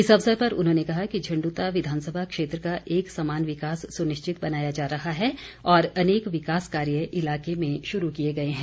इस अवसर पर उन्होंने कहा कि झंडूता विधानसभा क्षेत्र का एक समान विकास सुनिश्चित बनाया जा रहा है और अनेक विकास कार्य इलाके में शुरू किए गए हैं